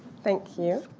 thank you. you.